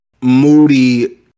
moody